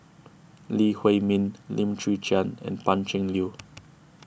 Lee Huei Min Lim Chwee Chian and Pan Cheng Lui